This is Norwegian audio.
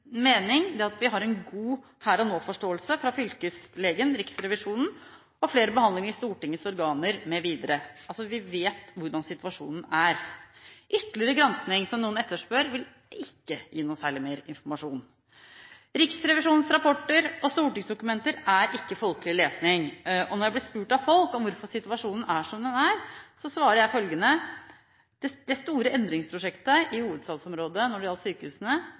Det er min mening at vi har en god «her-og-nå»-forståelse fra fylkeslegen, Riksrevisjon og flere behandlinger i Stortingets organer, mv. Vi vet hvordan situasjonen er. Ytterligere gransking, som noen etterspør, vil ikke gi noe særlig mer informasjon. Riksrevisjonsrapporter og stortingsdokumenter er ikke folkelig lesing. Når jeg blir spurt av folk om hvorfor situasjonen er som den er, svarer jeg følgende: Det store endringsprosjektet i hovedstadsområdet når det gjaldt sykehusene,